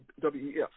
WEF